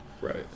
Right